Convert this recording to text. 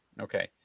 Okay